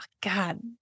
God